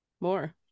more